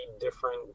different